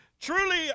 truly